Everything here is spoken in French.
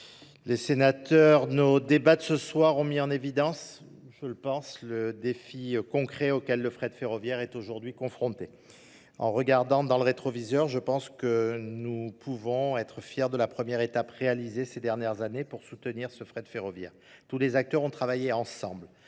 Les sénateurs, nos débats de ce soir ont mis en évidence, je le pense, le défi concret auquel le fret de ferroviaire est aujourd'hui confronté. En regardant dans le rétroviseur, je pense que nous pouvons être fiers de la première étape réalisée ces dernières années pour soutenir ce fret de ferroviaire. Tous les acteurs ont travaillé ensemble